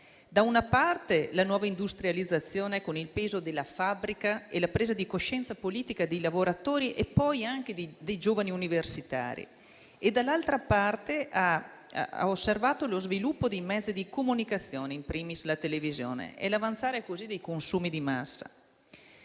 da una parte la nuova industrializzazione, con il peso della fabbrica e la presa di coscienza politica dei lavoratori e poi anche dei giovani universitari; dall'altra parte ha osservato lo sviluppo dei mezzi di comunicazione, *in primis* la televisione, e l'avanzare dei consumi di massa.